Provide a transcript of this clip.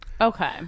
Okay